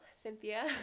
Cynthia